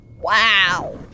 Wow